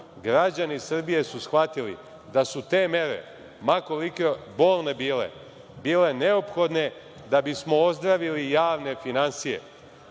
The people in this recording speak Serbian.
Građani Srbije su shvatili da su te mere, ma koliko bolne bile, bile neophodne da bismo ozdravili javne finansije.